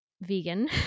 vegan